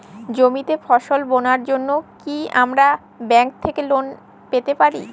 জমিতে ফসল বোনার জন্য কি আমরা ব্যঙ্ক থেকে লোন পেতে পারি?